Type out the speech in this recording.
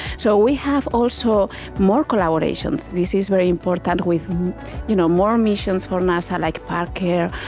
so we have also more collaborations, this is very important with you know, more missions for nasa like parker,